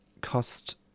cost